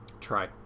Try